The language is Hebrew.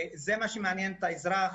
זה מה שמעניין את האזרח,